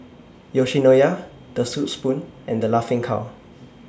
Yoshinoya The Soup Spoon and The Laughing Cow